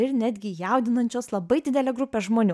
ir netgi jaudinančios labai didelę grupę žmonių